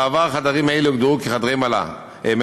בעבר חדרים אלו הוגדרו כחדרי מלאכה,